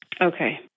Okay